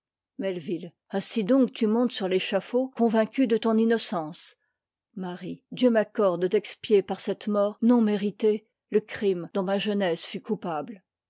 ainsi donc tu montes sur l'échafaud convain eue de ton innocence marie dieu m'accorde d'expier par cette mort non méritée le crime dont ma jeunesse fut coupable